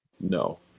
no